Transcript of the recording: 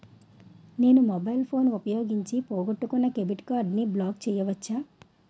నేను mobile phone ఉపయోగించి పోగొట్టుకున్న డెబిట్ కార్డ్ని బ్లాక్ చేయవచ్చా?